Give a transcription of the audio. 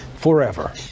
forever